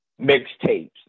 mixtapes